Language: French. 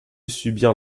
subir